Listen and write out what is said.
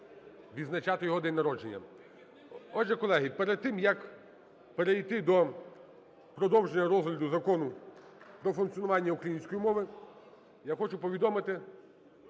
відзначати його день народження. Отже, колеги, перед тим, як перейти до продовження розгляду Закону про функціонування української мови, я хочу повідомити,